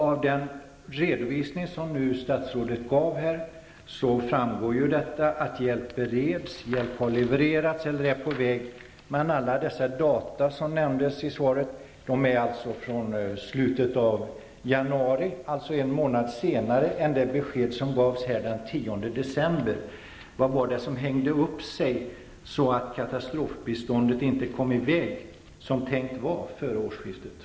Av den redovisning som statsrådet nu gav framgår att hjälp bereds, att hjälp har levererats eller är på väg. Men alla de data som nämndes i svaret är från slutet av januari, dvs. en månad efter den 10 december, då Alf Svensson gav mig besked här i kammaren. Vad var det som ''hängde upp sig'', så att katastrofbiståndet inte kom iväg före årsskiftet, som det var tänkt?